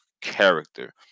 character